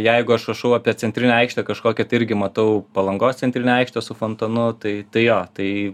jeigu aš rašau apie centrinę aikštę kažkokią tai irgi matau palangos centrinę aikštę su fontanu tai tai jo tai